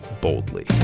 boldly